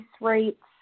rates